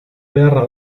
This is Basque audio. beharra